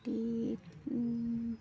tea